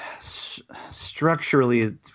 structurally